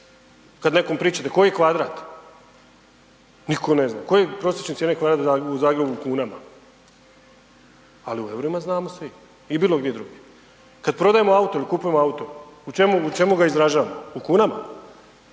kad nekome pričate, koji kvadrat, niko ne zna, koje su prosječne cijene kvadrata u Zagrebu u kunama, ali u EUR-ima znamo svi i bilo gdje drugdje. Kad prodajemo auto il kupujemo auto, u čemu, u čemu ga izražavamo, u kunama,